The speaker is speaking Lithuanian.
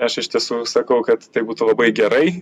aš iš tiesų sakau kad tai būtų labai gerai